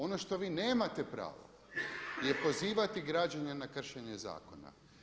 Ono što vi nemate pravo je pozivati građane na kršenje zakona.